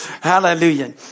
Hallelujah